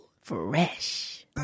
Fresh